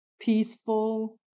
peaceful